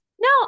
No